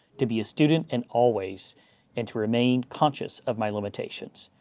to be a student and always and to remain conscious of my limitations.